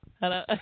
hello